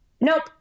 nope